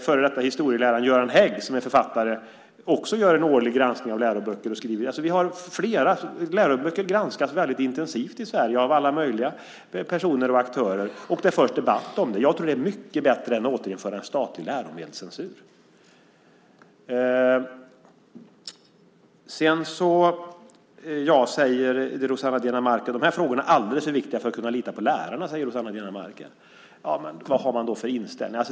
Före detta historieläraren Göran Hägg, som är författare, gör också en årlig granskning av läroböcker. Läroböcker granskas intensivt i Sverige av alla möjliga personer och aktörer och det förs debatt om det. Jag tror att det är mycket bättre än att återinföra en statlig läromedelscensur. Rossana Dinamarca säger att de här frågorna är alldeles för viktiga för att vi ska kunna lita på lärarna. Vad har man då för inställning?